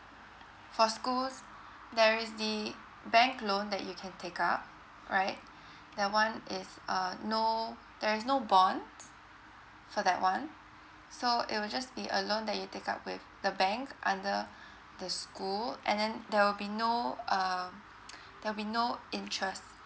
for schools there is the bank loan that you can take up right that one is uh no there is no bonds for that one so it will just be a loan that you take up with the bank under the school and then there will be no um there'll be no interest